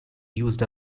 used